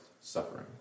suffering